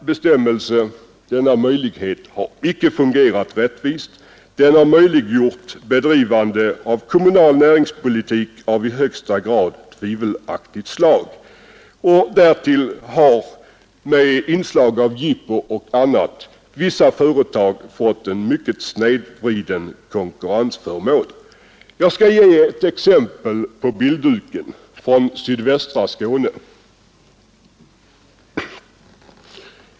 Bestämmelsen därom har icke fungerat rättvist. Den har möjliggjort bedrivande av kommunal näringspolitik av i högsta grad tvivelaktigt slag. Därtill har, med inslag av jippon o. d., vissa företag fått en mycket snedvriden konkurrensförmån. Jag skall visa ett exempel på TV-skärmen: en annons från en butik i Bara kommun i sydvästra Skåne.